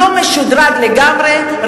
לא משודרג לגמרי,